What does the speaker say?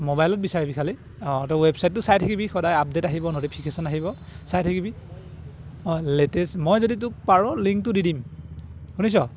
মোবাইলত বিচাৰিবি খালি অঁ ত' ৱেবচাইটটো চাই থাকিবি সদায় আপডেট আহিব ন'টিফিকেশ্যন আহিব চাই থাকিবি অঁ লেটেষ্ট মই যদি তোক পাৰোঁ লিংকটো দি দিম শুনিছ